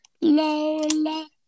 Lola